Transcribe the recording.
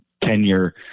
tenure